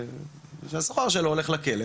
והעומס מול בתי המשפט.